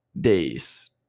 days